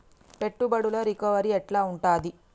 పెట్టుబడుల రికవరీ ఎట్ల ఉంటది?